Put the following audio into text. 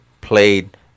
played